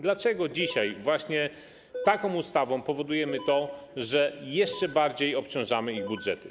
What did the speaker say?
Dlaczego dzisiaj właśnie taką ustawą powodujemy, że jeszcze bardziej obciążamy ich budżety?